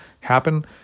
happen